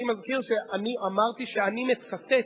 אני מזכיר שאני אמרתי שאני מצטט.